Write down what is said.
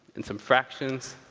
and some fractions.